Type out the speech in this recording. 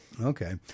Okay